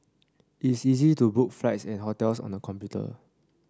it's easy to book flights and hotels on the computer